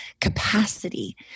capacity